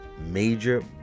major